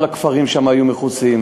כל הכפרים שם היו מכוסים.